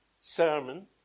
sermon